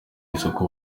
isoko